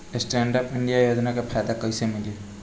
Stand up India योजना के फायदा कैसे मिली?